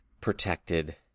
protected